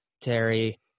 Terry